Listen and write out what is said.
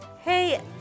Hey